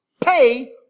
Pay